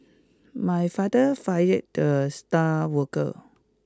my father fired the star worker